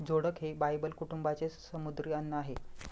जोडक हे बायबल कुटुंबाचे समुद्री अन्न आहे